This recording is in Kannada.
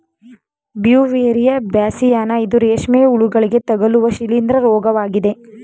ಬ್ಯೂವೇರಿಯಾ ಬಾಸ್ಸಿಯಾನ ಇದು ರೇಷ್ಮೆ ಹುಳುಗಳಿಗೆ ತಗಲುವ ಶಿಲೀಂದ್ರ ರೋಗವಾಗಿದೆ